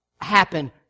happen